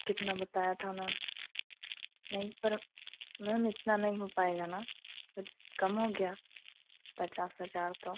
कितना बताया था उन्होंने नहीं पर मैम इतना नहीं हो पाएगा ना कुछ कम हो गया पचास हजार तो